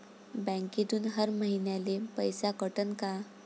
बँकेतून हर महिन्याले पैसा कटन का?